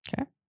Okay